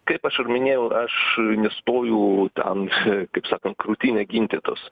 kaip aš ir minėjau aš nestoju ten kaip sakant krūtine ginti tos